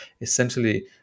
essentially